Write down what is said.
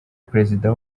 perezida